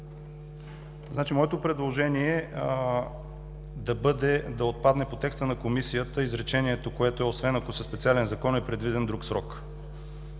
Моето предложение е да отпадне по текста на Комисията изречението, което е „освен ако със специален закон е предвиден друг срок“.